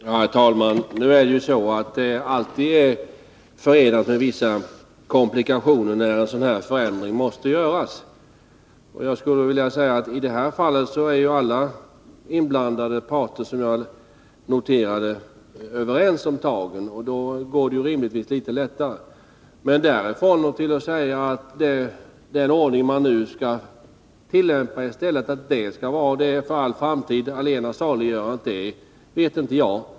Herr talman! Det är alltid förenat med vissa komplikationer, när sådana här förändringar måste göras. I det här fallet är ju, som jag nyss nämnde, alla inblandade parter överens om tagen, och då går det rimligtvis litet lättare. Men huruvida den ordning som man nu skall tillämpa är den för all framtid allena saliggörande vet inte jag.